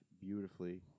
beautifully